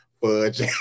Fudge